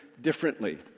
differently